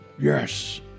yes